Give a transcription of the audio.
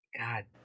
god